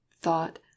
thought